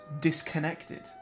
disconnected